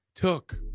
took